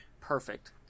Perfect